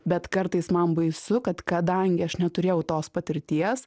bet kartais man baisu kad kadangi aš neturėjau tos patirties